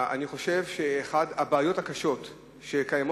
אני חושב שאחת הבעיות הקשות שקיימת